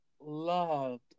loved